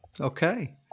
Okay